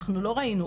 אנחנו לא ראינו,